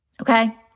Okay